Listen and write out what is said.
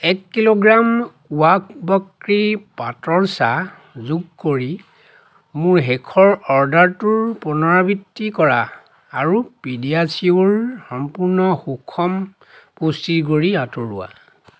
এক কিলোগ্ৰাম ৱাঘ বক্ৰি পাতৰ চাহ যোগ কৰি মোৰ শেষৰ অৰ্ডাৰটোৰ পুনৰাবৃত্তি কৰা আৰু পিডিয়াছিয়োৰ সম্পূৰ্ণ সুষম পুষ্টিৰ গুড়ি আঁতৰোৱা